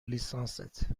لیسانست